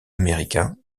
américains